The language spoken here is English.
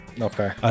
okay